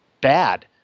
bad